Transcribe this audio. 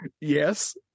Yes